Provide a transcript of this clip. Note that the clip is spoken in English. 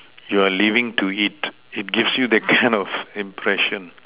you are living to it it gives you the kind of impression